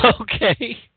okay